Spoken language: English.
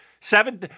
seven